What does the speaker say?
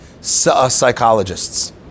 psychologists